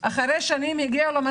תעשייה.